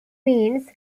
means